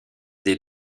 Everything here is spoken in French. des